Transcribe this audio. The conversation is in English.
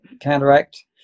counteract